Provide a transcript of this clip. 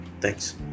Thanks